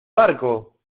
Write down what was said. barco